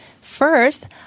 First